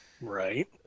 Right